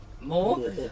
more